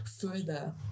further